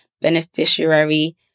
beneficiary